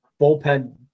bullpen